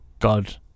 god